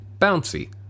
Bouncy